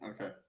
Okay